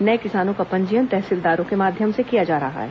नए किसानों का पंजीयन तहसीलदारों के माध्यम से किया जा रहा है